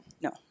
No